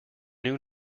new